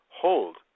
hold